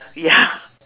ya